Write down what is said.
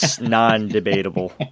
non-debatable